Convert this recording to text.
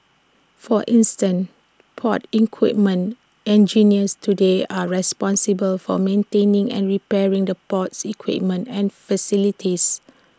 for instance port equipment engineers today are responsible for maintaining and repairing the port's equipment and facilities